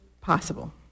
possible